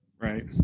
Right